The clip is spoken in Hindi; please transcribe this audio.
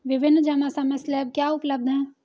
विभिन्न जमा समय स्लैब क्या उपलब्ध हैं?